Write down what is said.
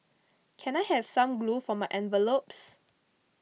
can I have some glue for my envelopes